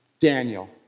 Daniel